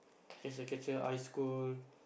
catcher catcher ice cold